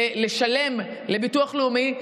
שילם לביטוח לאומי,